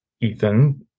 Ethan